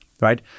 right